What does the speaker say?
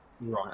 Right